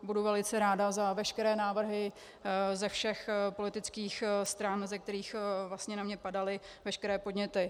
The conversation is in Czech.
Budu velice ráda za veškeré návrhy ze všech politických stran, ze kterých vlastně na mě padaly veškeré podněty.